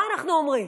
מה אנחנו אומרים?